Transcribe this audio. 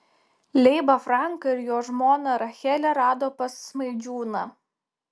leibą franką ir jo žmoną rachelę rado pas smaidžiūną